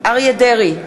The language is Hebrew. אריה דרעי,